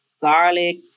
garlic